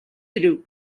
ирэв